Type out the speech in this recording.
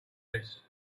this